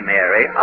Mary